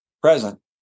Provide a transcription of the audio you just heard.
present